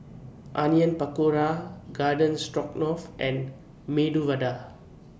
Onion Pakora Garden Stroganoff and Medu Vada